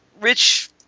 rich –